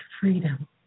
freedom